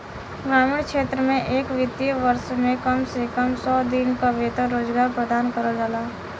ग्रामीण क्षेत्र में एक वित्तीय वर्ष में कम से कम सौ दिन क वेतन रोजगार प्रदान करल जाला